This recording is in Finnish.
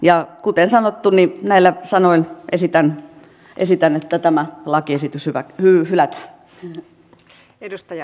ja kuten sanottu näillä sanoin esitän että tämä lakiesitys hylätään